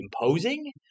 imposing